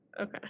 Okay